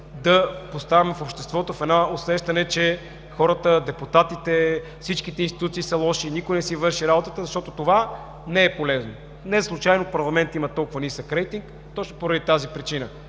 да поставяме обществото в едно усещане, че хората, депутатите, всичките институции са лоши и никой не си върши работата, защото това не е полезно. Неслучайно парламентът има толкова нисък рейтинг точно поради тази причина.